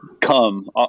Come